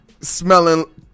smelling